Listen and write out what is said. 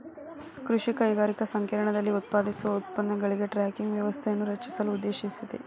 ಕೃಷಿ ಕೈಗಾರಿಕಾ ಸಂಕೇರ್ಣದಲ್ಲಿ ಉತ್ಪಾದಿಸುವ ಉತ್ಪನ್ನಗಳಿಗೆ ಟ್ರ್ಯಾಕಿಂಗ್ ವ್ಯವಸ್ಥೆಯನ್ನು ರಚಿಸಲು ಉದ್ದೇಶಿಸಿದೆ